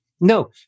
No